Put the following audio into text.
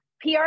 PR